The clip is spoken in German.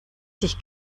sich